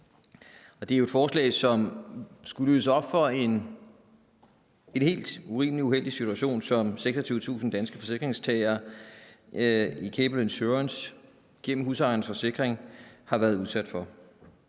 det er et forslag, som skal løse op for en helt urimelig og uheldig situation, som 26.000 danske forsikringstagere i Gable Insurance AG gennem Husejernes Forsikring Assurance Agentur